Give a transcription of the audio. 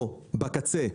או בקצה,